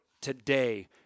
today